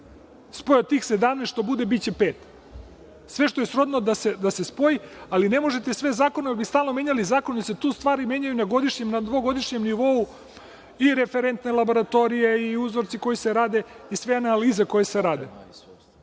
spoje tih 17, što bude biće pet. Sve što je srodno da se spoje, ali ne možete sve zakone jer bi stalno menjali zakon jer se tu stvari menjaju na godišnjem, dvogodišnjem nivou i referentne laboratorije i uzroci koji se rade, sve analize koje se rade.